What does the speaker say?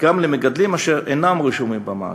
גם למגדלים אשר אינם רשומים במאגר.